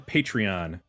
Patreon